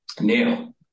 Now